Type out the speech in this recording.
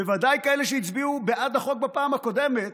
בוודאי כאלה שהצביעו בעד החוק בפעם הקודמת,